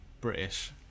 British